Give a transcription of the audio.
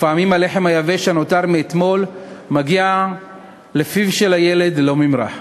ופעמים הלחם היבש שנותר מאתמול מגיע לפיו של הילד ללא ממרח.